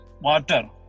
water